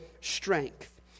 strength